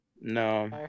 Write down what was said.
No